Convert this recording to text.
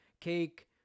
cake